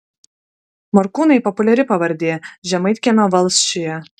morkūnai populiari pavardė žemaitkiemio valsčiuje